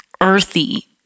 earthy